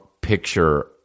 picture